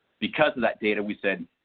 because of that data we said